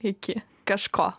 iki kažko